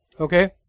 Okay